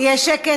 יהיה שקט?